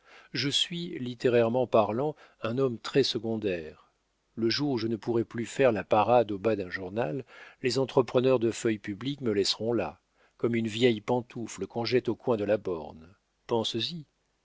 je suis littérairement parlant un homme très secondaire le jour où je ne pourrai plus faire la parade au bas d'un journal les entrepreneurs de feuilles publiques me laisseront là comme une vieille pantoufle qu'on jette au coin de la borne